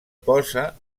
posa